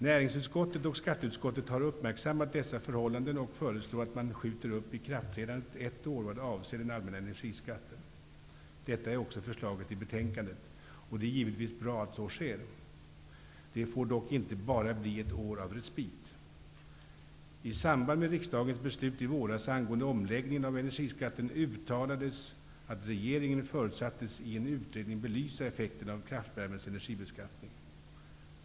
Näringsutskottet och skatteutskottet har uppmärksammat dessa förhållanden och föreslår att man skjuter upp ikraftträdandet ett år vad avser den allmänna energiskatten. Detta är också förslaget i betänkandet. Det är givetvis bra att så sker. Det får dock inte bara bli ett år av respit. I samband med riksdagens beslut i våras angående omläggningen av energiskatten, uttalades att regeringen förutsattes i en utredning belysa effekterna av kraftvärmens energibeskattning.